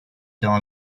dans